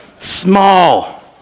Small